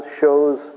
shows